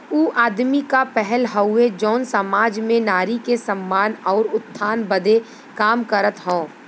ऊ आदमी क पहल हउवे जौन सामाज में नारी के सम्मान आउर उत्थान बदे काम करत हौ